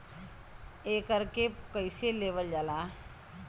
एकरके कईसे लेवल जाला?